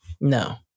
No